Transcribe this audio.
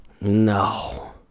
No